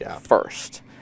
first